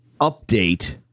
update